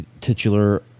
titular